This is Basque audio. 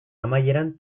amaieran